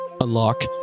Unlock